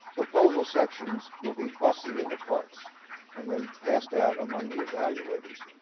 proposal sections will be busted into parts and then passed out among the evaluators.